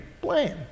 blame